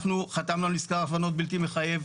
אנחנו חתמנו על עסקת הבנות בלתי מחייב,